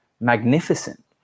magnificent